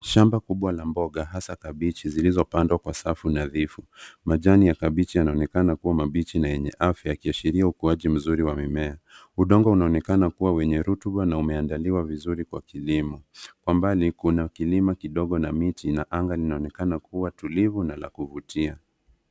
Shamba kubwa la mboga hasa kabichi zilizopandwa kwa safu nadhifu. Majani ya kabicchi yanaonekana kuwa mabichi na yenye afya yakiashiria ukuaji mzuri wa mimea. Udongo unaonekana kuwa wenye rutuba na umeandaliwa vizuri kwa kilimo. Kwa mbali kuna kilima kidogo na miti na anga inaonekana kuwa tulivu na la kuvutia.